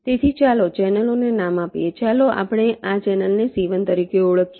તેથી ચાલો ચેનલોને નામ આપીએ ચાલો આપણે આ ચેનલને C1 તરીકે ઓળખીએ